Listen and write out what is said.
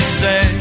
say